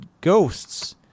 ghosts